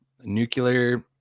nuclear